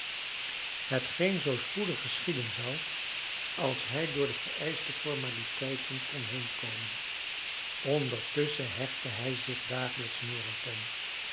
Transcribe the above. hetgeen zoo spoedig geschieden zou als hij door de vereischte formaliteiten kon heenkomen ondertusschen hechtte hij zich dagelijks meer aan tom